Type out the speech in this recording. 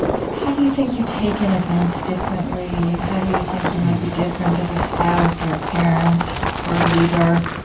how how do you think you take in events differently? how do you think you might be different as a spouse or a parent or a leader?